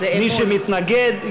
מי שמתנגד,